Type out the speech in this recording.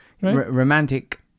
Romantic